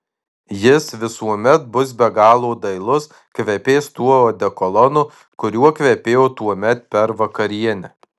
jis visuomet bus be galo dailus kvepės tuo odekolonu kuriuo kvepėjo tuomet per vakarienę